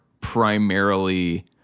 primarily